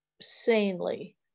sanely